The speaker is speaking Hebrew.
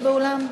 באולם?